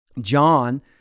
John